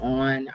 on